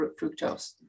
fructose